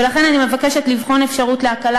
ולכן אני מבקשת לבחון אפשרות להקלה